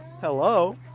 Hello